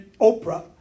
Oprah